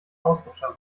ausrutscher